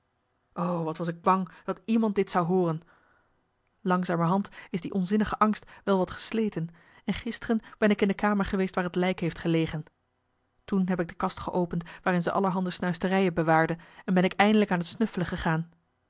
wat was ik bang dat iemand dit zou hooren langzamerhand is die onzinnige angst wel wat gesleten en gisteren ben ik in de kamer geweest waar het lijk heeft gelegen toen heb ik de kast geopend waarin ze allerhande snuisterijen bewaarde en ben ik eindelijk aan het snuffelen gegaan